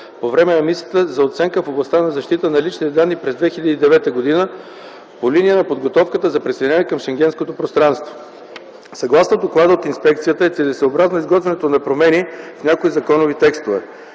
по време на мисията за оценка в областта на защита на личните данни през 2009 г. по линия на подготовката за присъединяване към Шенгенското пространство. Съгласно доклада от инспекцията е целесъобразно изготвянето на промени в някои законови текстове.